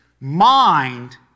mind